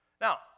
Now